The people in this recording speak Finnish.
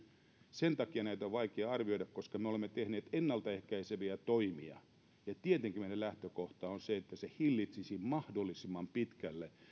sen takia näitä on vaikea arvioida koska me olemme tehneet ennaltaehkäiseviä toimia tietenkin meidän lähtökohtamme on se että ne hillitsisivät mahdollisimman pitkälle